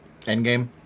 Endgame